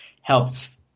helps